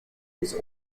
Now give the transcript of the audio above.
was